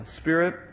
spirit